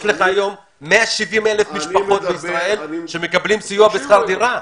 יש לך היום 170,000 משפחות בישראל שמקבלות סיוע בשכר דירה.